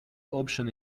option